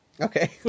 Okay